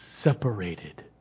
separated